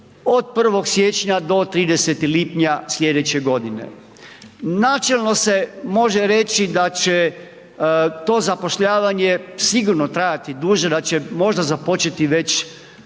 od 1. siječnja do 30. lipnja sljedeće godine. Načelno se može reći da će to zapošljavanje sigurno trajati duže, da će možda započeti već